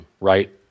Right